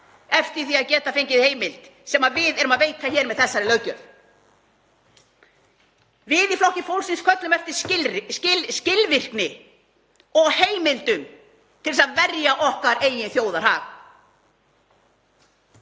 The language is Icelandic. eftir því að geta fengið heimild sem við erum að veita hér með þessari löggjöf. Við í Flokki fólksins köllum eftir skilvirkni og heimildum til þess að verja okkar eigin þjóðarhag.